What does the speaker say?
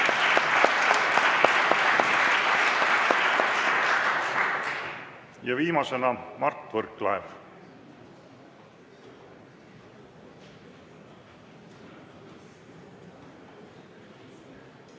ja viimasena Mart Võrklaev.